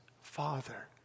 Father